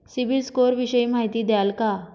CIBIL score विषयी माहिती द्याल का?